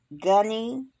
Gunny